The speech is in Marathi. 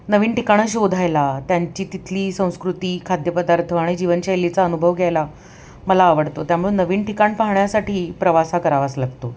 नवीन ठिकाणं शोधायला त्यांची तिथली संस्कृती खाद्यपदार्थ आणि जीवनशैलीचा अनुभव घ्यायला मला आवडतं त्यामुळे नवीन ठिकाण पाहण्यासाठी प्रवास हा करावाच लागतो